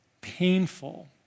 painful